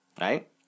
right